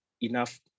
enough